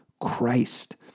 Christ